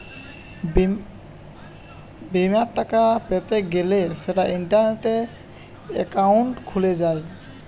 বিমার টাকা পেতে গ্যলে সেটা ইন্টারনেটে একাউন্ট খুলে যায়